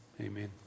amen